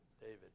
David